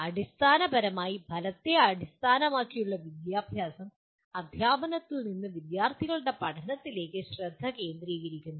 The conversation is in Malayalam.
അടിസ്ഥാനപരമായി ഫലത്തെ അടിസ്ഥാനമാക്കിയുള്ള വിദ്യാഭ്യാസം അദ്ധ്യാപനത്തിൽ നിന്ന് വിദ്യാർത്ഥികളുടെ പഠനത്തിലേക്ക് ശ്രദ്ധ തിരിക്കുന്നു